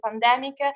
pandemic